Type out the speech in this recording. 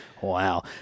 Wow